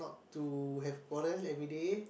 to have quarrel everyday